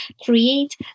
create